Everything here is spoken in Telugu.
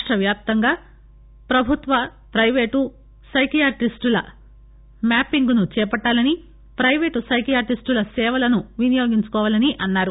రాష్ట వ్యాప్తంగా ప్రభుత్వ ప్రైవేటు సైక్రియాటిస్టుల మ్యాపింగ్ ను చేపట్టాలని ప్రైవేటు సైక్రియాటిస్టుల సేవలను వినియోగించుకోవాలని అన్నారు